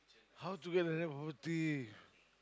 how to get like that the [roti]